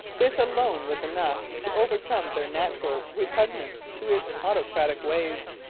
this alone was enough to overcome their natural repugnance to his autocratic ways.